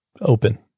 open